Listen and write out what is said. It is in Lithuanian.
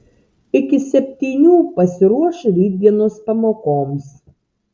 iki septynių pasiruoš rytdienos pamokoms